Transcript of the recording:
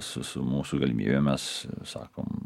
su su mūsų galimybėm mes sakom